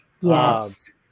Yes